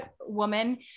woman